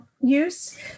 use